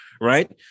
Right